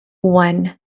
one